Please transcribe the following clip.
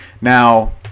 Now